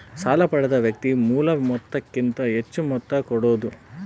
ಸಾಲ ಪಡೆದ ವ್ಯಕ್ತಿ ಮೂಲ ಮೊತ್ತಕ್ಕಿಂತ ಹೆಚ್ಹು ಮೊತ್ತ ಕೊಡೋದು